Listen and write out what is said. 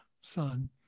son